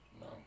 No